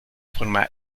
forma